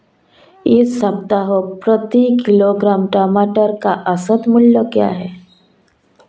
इस सप्ताह प्रति किलोग्राम टमाटर का औसत मूल्य क्या है?